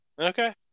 Okay